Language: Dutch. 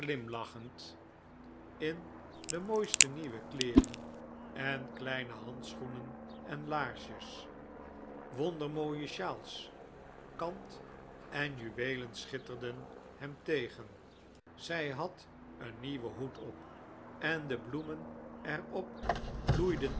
glimlachend in de mooiste nieuwe kleeren en kleine handschoenen en laarsjes wondermooie sjaals kant en juweelen schitterden hem tegen zij had een nieuwen hoed op en de bloemen er op bloeiden